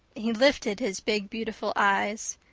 he lifted his big beautiful eyes.